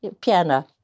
piano